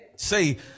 Say